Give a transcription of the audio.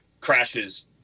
crashes